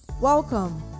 welcome